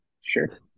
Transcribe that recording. sure